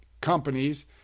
companies